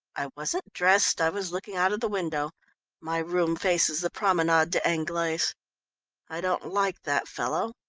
i wasn't dressed, i was looking out of the window my room faces the promenade d'anglaise. i don't like that fellow.